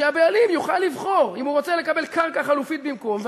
שהבעלים יוכל לבחור אם הוא רוצה לקבל קרקע חלופית במקום,